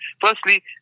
Firstly